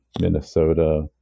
Minnesota